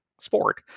sport